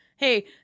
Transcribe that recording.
Hey